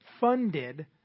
funded